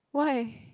why